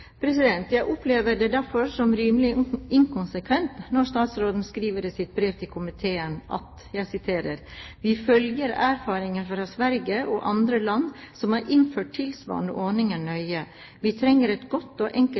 tid. Jeg opplever det derfor som rimelig inkonsekvent når statsråden skriver i sitt brev til komiteen: «Vi følger erfaringene fra Sverige og andre land som har innført tilsvarende ordninger nøye. Vi trenger et godt og enkelt